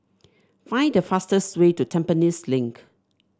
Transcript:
find the fastest way to Tampines Link